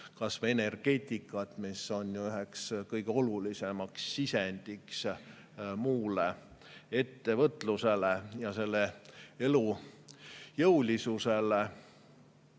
kasvõi energeetikat, mis on ju üks kõige olulisem sisend muule ettevõtlusele ja selle elujõulisusele.